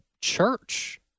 church